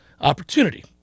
opportunity